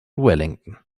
wellington